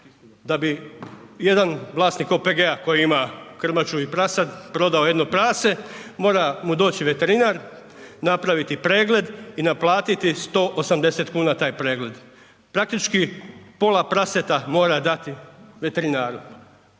da bi jedan vlasnik OPG-a koji ima krmaču i prasad prodao jedno prase mora mu doći veterinar, napraviti pregled i naplatiti 180,00 kn taj pregled, praktički pola praseta mora dati veterinaru,